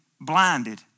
blinded